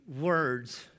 words